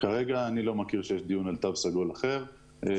כרגע אני לא מכיר שיש דיון על תו סגול אחר למסעדות.